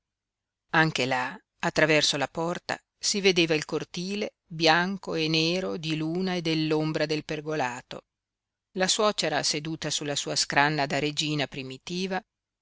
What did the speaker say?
anche là attraverso la porta si vedeva il cortile bianco e nero di luna e dell'ombra del pergolato la suocera seduta sulla sua scranna da regina primitiva